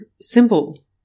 simple